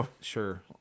sure